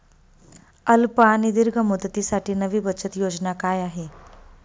अल्प आणि दीर्घ मुदतीसाठी नवी बचत योजना काय आहे?